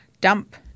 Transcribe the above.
dump